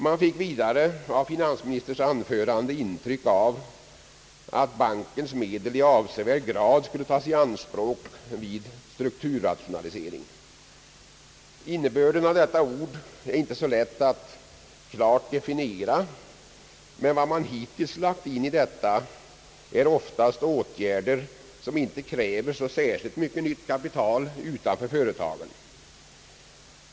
Man fick vidare av finansministerns anförande ett intryck av att bankens medel i avsevärd grad skulle tas i anspråk vid strukturrationalisering. Det är inte så lätt att klart definiera innebörden av detta ord, men vad man hittills lagt in i detta är oftast åtgärder som inte kräver så särskilt mycket nytt kapital utanför företagen.